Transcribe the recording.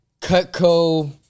Cutco